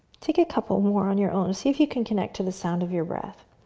take a couple more on your own, see if you can connect to the sound of your breath.